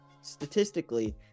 statistically